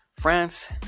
France